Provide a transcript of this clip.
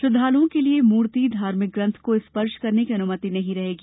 श्रद्वालुओं के लिये मूर्ति धार्मिक ग्रन्थ को स्पर्श करने की अनुमति नहीं रहेगी